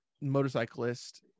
motorcyclist